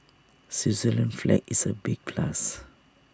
Switzerland's flag is A big plus